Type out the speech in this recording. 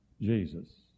Jesus